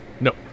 No